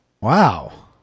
Wow